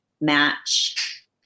match